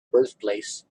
birthplace